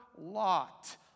lot